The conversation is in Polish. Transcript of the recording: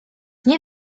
nie